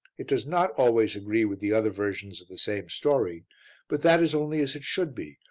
it does not always agree with the other versions of the same story but that is only as it should be,